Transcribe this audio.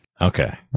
okay